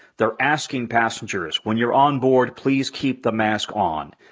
they're asking passengers, when you're on board, please keep the mask on.